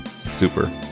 Super